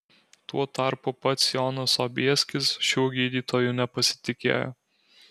tuo tarpu pats jonas sobieskis šiuo gydytoju nepasitikėjo